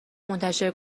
منتشر